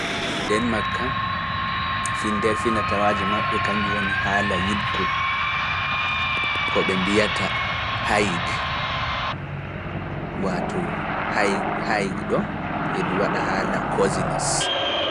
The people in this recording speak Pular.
Ndeen makko kan, fi nder finatawaaji maɓɓe, kanjum woni haala yiɗgu ko ɓe mbiyata Hayig, waato Hayig ɗo yiɗi waɗa haala Kozines.